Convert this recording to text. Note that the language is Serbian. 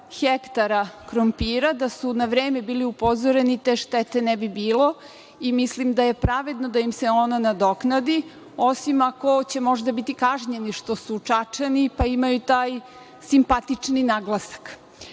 hektara krompira. Da su na vreme bili upozoreni, te štete ne bi bilo. Mislim da je pravedno da im se ona nadoknadi, osim ako će možda biti kažnjeni što su Čačani, pa imaju taj simpatični naglasak. Razlog